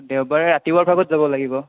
দেওবাৰে ৰাতিপুৱাৰ ভাগত যাব লাগিব